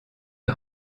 est